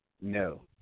No